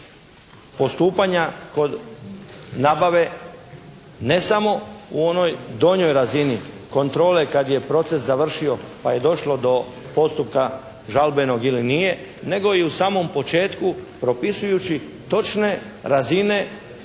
postupanja kod nabave ne samo u onoj donjoj razini kontrole kad je proces završio pa je došlo do postupka žalbenog ili nije nego i u samom početku propisujući točne razine kako